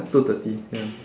two thirty ya